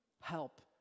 help